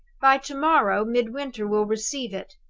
by to-morrow midwinter will receive it.